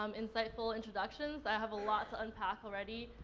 um insightful introductions. i have a lot to unpack, already.